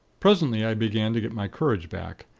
presently, i began to get my courage back.